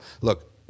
look